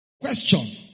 Question